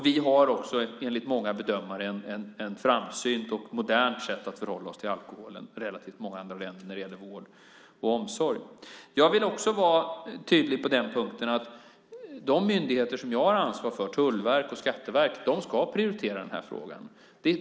Vi har också enligt många bedömare ett framsynt och modernt sätt att förhålla oss till alkoholen jämfört med många andra länder när det gäller vård och omsorg. Jag vill också vara tydlig på en punkt. De myndigheter som jag har ansvar för, tullverk och skatteverk, ska prioritera den här frågan.